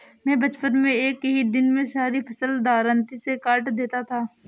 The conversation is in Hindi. मैं बचपन में एक ही दिन में सारी फसल दरांती से काट देता था